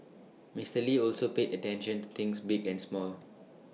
Mister lee also paid attention to things big and small